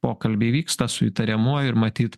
pokalbiai vyksta su įtariamuoju ir matyt